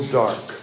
dark